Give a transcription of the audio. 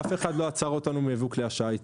אף אחד לא עצר אותנו מייבוא כלי השיט.